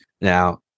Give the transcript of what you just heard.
Now